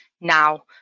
now